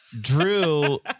Drew